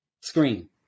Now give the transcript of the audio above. screen